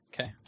Okay